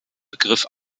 begriff